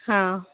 हां